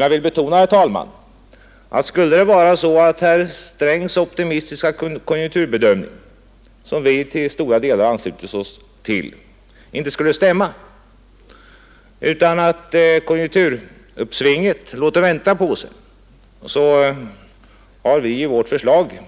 Jag vill emellertid betona, herr talman, att om herr Strängs optimistiska konjunkturbedömning, som vi till stora delar har anslutit oss till, inte skulle stämma, utan konjunkturuppsvinget låter vänta på sig, så har vi i vårt förslag